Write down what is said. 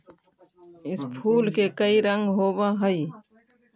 इस फूल के कई रंग होव हई